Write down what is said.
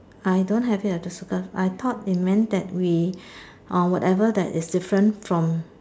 I don't have it as this uh I thought it meant that we uh whatever that is different from